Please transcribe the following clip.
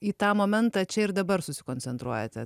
į tą momentą čia ir dabar susikoncentruojate